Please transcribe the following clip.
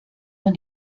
man